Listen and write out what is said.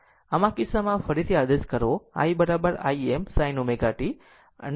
આમ આ કિસ્સામાં ફરીથી આદેશ કરવો i Im sin ω t